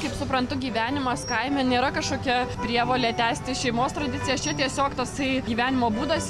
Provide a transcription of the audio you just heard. kaip suprantu gyvenimas kaime nėra kažkokia prievolė tęsti šeimos tradicijas čia tiesiog tasai gyvenimo būdas